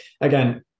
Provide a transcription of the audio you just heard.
Again